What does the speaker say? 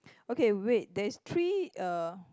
okay wait there is three uh